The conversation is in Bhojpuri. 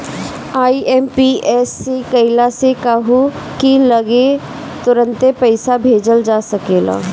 आई.एम.पी.एस से कइला से कहू की लगे तुरंते पईसा भेजल जा सकेला